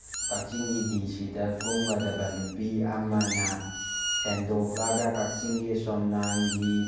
ꯀꯛꯆꯤꯡꯒꯤ ꯗꯤ ꯁꯤꯗ ꯀꯨꯝꯒꯗꯕ ꯅꯨꯄꯤ ꯑꯃꯅ ꯍꯦꯟꯗꯣꯛꯂꯒ ꯀꯛꯆꯤꯡꯒꯤ ꯆꯨꯝꯅꯥꯡꯒꯤ